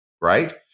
Right